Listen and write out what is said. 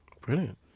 Brilliant